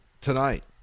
tonight